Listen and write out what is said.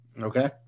Okay